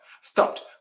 stopped